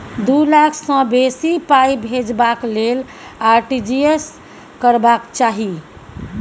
दु लाख सँ बेसी पाइ भेजबाक लेल आर.टी.जी एस करबाक चाही